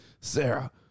Sarah